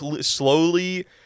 slowly